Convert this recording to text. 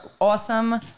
awesome